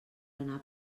anar